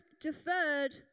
deferred